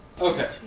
Okay